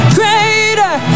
greater